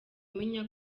amenya